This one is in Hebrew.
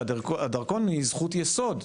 שהדרכון הוא זכות יסוד,